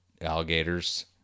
alligators